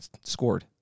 scored